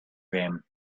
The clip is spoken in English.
game